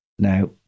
Now